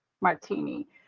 martini